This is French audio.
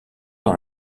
dans